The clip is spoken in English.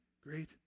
great